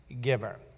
giver